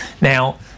Now